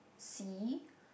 C